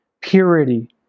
purity